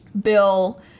Bill